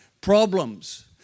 problems